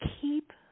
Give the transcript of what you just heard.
Keep